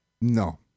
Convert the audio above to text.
No